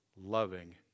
loving